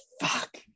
fuck